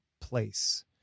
place